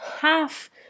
half